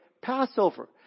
Passover